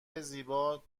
زیبا